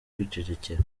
kwicecekera